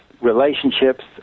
relationships